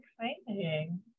exciting